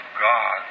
God